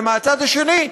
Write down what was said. ומצד שני,